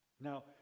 Now